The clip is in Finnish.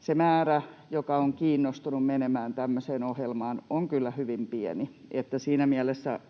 se määrä, joka on kiinnostunut menemään tämmöiseen ohjelmaan, on kyllä hyvin pieni. Että siinä mielessä